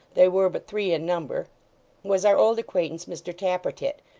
they were but three in number was our old acquaintance, mr tappertit,